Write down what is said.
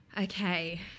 Okay